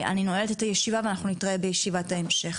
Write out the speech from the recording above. אני נועלת את הישיבה, ואנחנו נתראה בישיבת ההמשך.